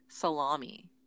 salami